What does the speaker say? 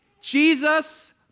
Jesus